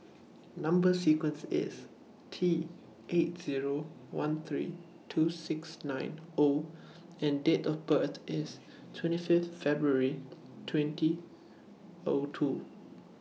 Number sequence IS T eight Zero one three two six nine O and Date of birth IS twenty Fifth February twenty O two